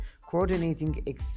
coordinating